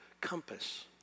compass